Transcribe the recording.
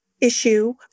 issue